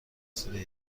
صدای